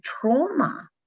trauma